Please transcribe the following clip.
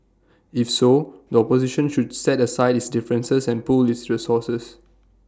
if so the opposition should set aside its differences and pool its resources